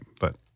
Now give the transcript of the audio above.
but-